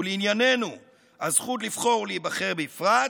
ולענייננו הזכות לבחור ולהיבחר בפרט,